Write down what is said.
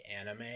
anime